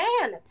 man